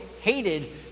hated